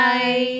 Bye